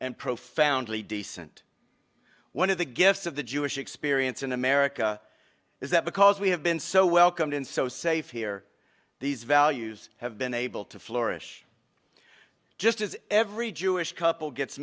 and profoundly decent one of the gifts of the jewish experience in america is that because we have been so welcomed in so safe here these values have been able to flourish just as every jewish couple gets